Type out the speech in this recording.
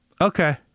Okay